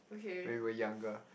when we were younger